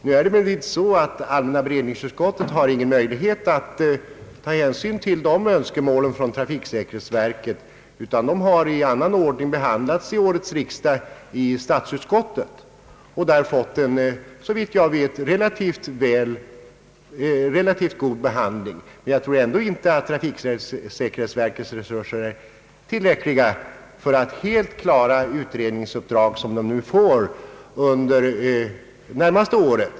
Nu har emellertid allmänna beredningsutskottet inte någon möjlighet att ta hänsyn till dessa önskemål från trafiksäkerhetsverket, utan de har i annan ordning behandlats vid årets riksdag i statsutskottet och där fått en såvitt jag vet relativt god behandling. Men jag tror ändå inte att trafiksäkerhetsverkets resurser är tillräckliga för att verket helt skall klara de utredningsuppdrag som verket får under det närmaste året.